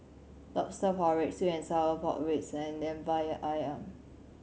Lobster Porridge sweet and sour pork ribs and Lemper Ayam